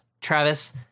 Travis